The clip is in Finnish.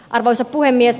arvoisa puhemies